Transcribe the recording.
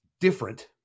different